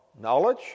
Knowledge